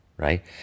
Right